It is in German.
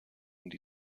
und